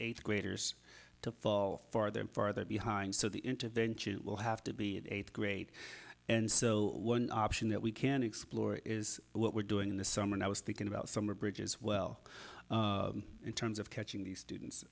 eighth graders to fall farther and farther behind so the intervention will have to be in eighth grade and so one option that we can explore is what we're doing in the summer and i was thinking about summer bridge as well in terms of catching the students